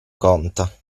conta